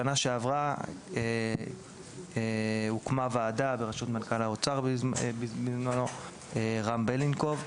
בשנה שעברה הוקמה ועדה בראשות מנכ"ל משרד האוצר דאז רם בלינקוב.